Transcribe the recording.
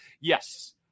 yes